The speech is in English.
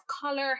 color